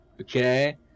Okay